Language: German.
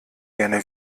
gerne